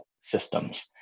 systems